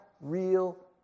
real